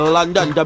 London